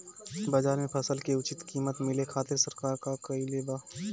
बाजार में फसल के उचित कीमत मिले खातिर सरकार का कईले बाऽ?